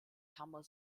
kammer